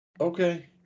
Okay